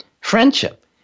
friendship